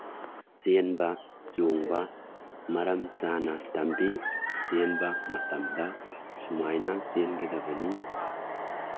ꯆꯦꯟꯕ ꯆꯣꯡꯕ ꯃꯔꯝ ꯆꯥꯅ ꯇꯝꯕꯤ ꯆꯦꯟꯕ ꯃꯇꯝꯗ ꯁꯨꯃꯥꯏꯅ ꯆꯦꯟꯒꯗꯕꯅꯤ